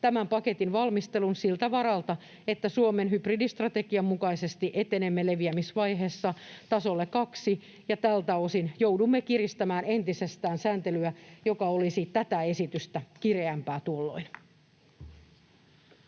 tämän paketin valmistelun siltä varalta, että Suomen hybridistrategian mukaisesti etenemme leviämisvaiheessa tasolle kaksi ja tältä osin joudumme kiristämään entisestään sääntelyä, joka olisi tuolloin tätä esitystä kireämpää.